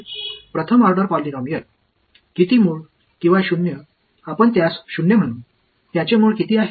प्रथम order polynomial किती मूळ किंवा शून्य आपण त्यास शून्य म्हणू त्याचे मूळ किती आहे